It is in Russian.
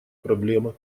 проблемы